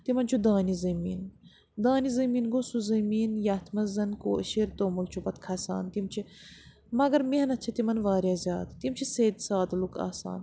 تِمَن چھُ دانہِ زٔمیٖن دانہِ زٔمیٖن گوٚو سُہ زٔمیٖن یَتھ منٛز زَن کٲشِر توٚمُل چھُ پَتہٕ کھَسان تِم چھِ مگر محنت چھِ تِمَن واریاہ زیادٕ تِم چھِ سیٚد سادٕ لُکھ آسان